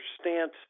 stance